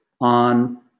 on